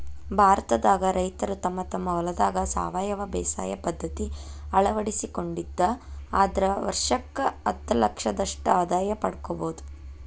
ಭಾರತದಾಗ ರೈತರು ತಮ್ಮ ತಮ್ಮ ಹೊಲದಾಗ ಸಾವಯವ ಬೇಸಾಯ ಪದ್ಧತಿ ಅಳವಡಿಸಿಕೊಂಡಿದ್ದ ಆದ್ರ ವರ್ಷಕ್ಕ ಹತ್ತಲಕ್ಷದಷ್ಟ ಆದಾಯ ಪಡ್ಕೋಬೋದು